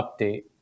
update